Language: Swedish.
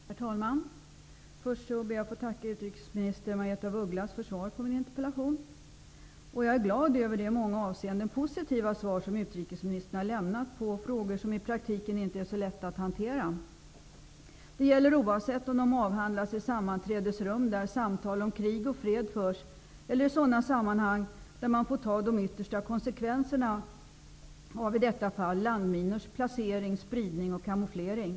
Herr talman! Först ber jag att få tacka utrikesminister Margaretha af Ugglas för svaret på min interpellation. Jag är glad över de i många avseenden positiva svar som utrikesministern har lämnat på frågor som det i praktiken inte är så lätt att hantera. Det gäller oavsett om de avhandlas i sammanträdesrum där samtal om krig och fred förs eller i sådana sammanhang där man får ta de yttersta konsekvenserna av i detta fall landminors placering, spridning och kamouflering.